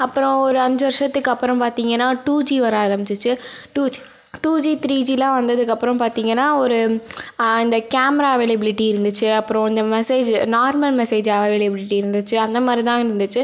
அப்பறம் ஒரு அஞ்சு வருஷத்துக்கப்புறம் பார்த்தீங்கன்னா டூ ஜி வர்ற ஆரம்பிச்சிச்சி டூ டூ ஜி த்ரீ ஜிலாம் வந்ததுக்கப்புறம் பார்த்தீங்கன்னா ஒரு இந்த கேமரா அவைலபிளிட்டி இருந்துச்சு அப்புறம் இந்த மெசேஜு நார்மல் மெசேஜ் அவைலைபிளிட்டி இருந்துச்சு அந்த மாதிரி தான் இருந்துச்சு